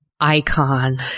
icon